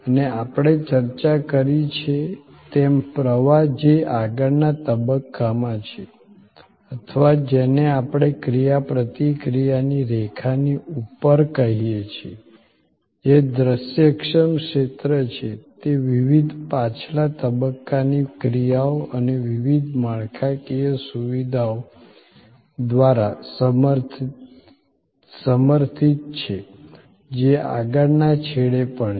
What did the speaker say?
અને આપણે ચર્ચા કરી છે તેમ પ્રવાહ જે આગળના તબક્કામાં છે અથવા જેને આપણે ક્રિયાપ્રતિક્રિયાની રેખાની ઉપર કહીએ છીએ જે દૃશ્યક્ષમ ક્ષેત્ર છે તે વિવિધ પાછલા તબક્કાની ક્રિયાઓ અને વિવિધ માળખાકીય સુવિધાઓ દ્વારા સમર્થિત છે જે આગળના છેડે પણ છે